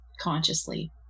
consciously